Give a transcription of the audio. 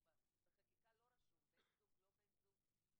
בחקיקה לא רשום בן זוג, לא בן זוג.